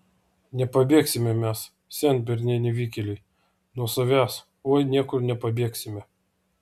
nepabėgsime mes senberniai nevykėliai nuo savęs oi niekur nepabėgsime